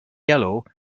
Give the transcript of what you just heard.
yellow